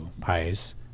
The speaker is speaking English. Pies